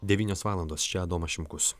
devynios valandos čia adomas šimkus